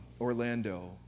Orlando